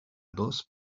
dos